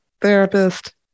therapist